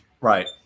Right